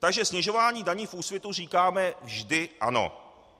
Takže snižování daní v Úsvitu říkáme vždy ano.